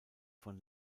von